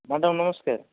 madam ନମସ୍କାର